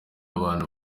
abantu